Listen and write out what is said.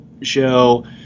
show